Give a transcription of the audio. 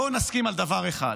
בואו נסכים על דבר אחד: